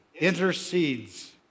intercedes